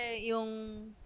yung